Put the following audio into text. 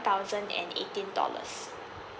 thousand and eighteen dollars